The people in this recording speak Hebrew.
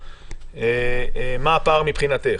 מה הפער מבחינתך?